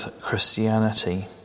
Christianity